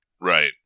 Right